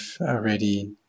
already